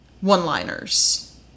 one-liners